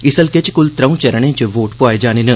इस हलके च क्ल त्रंऊ चरणे च वोट पोआए जाने न